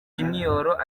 junior